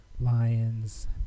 Lions